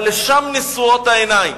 אבל לשם נשואות העיניים.